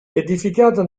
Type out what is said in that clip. edificata